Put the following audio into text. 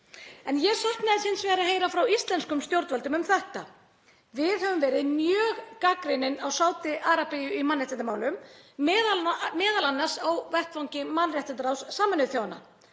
En ég sakna þess hins vegar að heyra frá íslenskum stjórnvöldum um þetta. Við höfum verið mjög gagnrýnin á Sádi-Arabíu í mannréttindamálum, m.a. á vettvangi mannréttindaráðs Sameinuðu þjóðanna.